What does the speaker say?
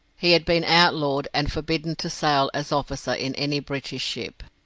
he had been out-lawed, and forbidden to sail as officer in any british ship.